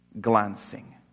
glancing